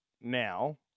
now